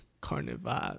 carnival